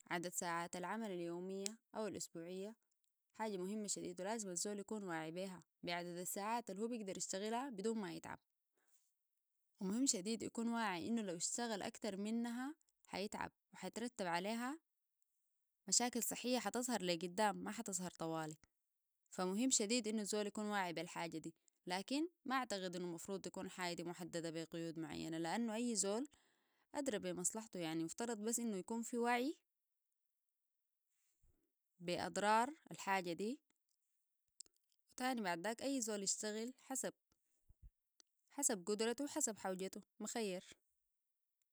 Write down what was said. عدد ساعات العمل اليومية او الاسبوعية حاجة مهمة شديد و لازم الزول يكون واعي بيها بعدد الساعات اللي هو بيقدر يشتغلها بدون ما يتعب.و مهم شديد يكون واعي انه لو يشتغل اكتر منها حيتعب. و حيترتب عليها مشاكل صحية حتظهر لقدام ما حتظهر طوالك. فمهم شديد انوالزول يكون واعي بالحاجة دي. لكن ما اعتقد انه مفروض يكون الحاجة دي محددة بقيود معينة. لانو اي زول ادرى بمصلحته يعني يفترض بس انه يكون في وعي باضرار الحاجة دي تاني بعد ذاك اي زول يشتغل حسب قدرته وحسب حوجته مخير